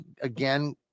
again